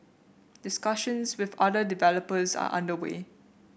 discussions with other developers are under way